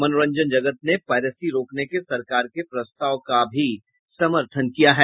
मनोरंजन जगत ने पायरेसी रोकने के सरकार के प्रस्ताव का भी समर्थन किया है